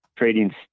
Trading